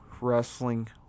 wrestling